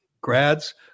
grads